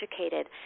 educated